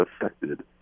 affected